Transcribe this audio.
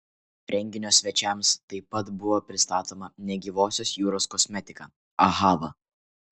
renginio svečiams taip pat buvo pristatoma negyvosios jūros kosmetika ahava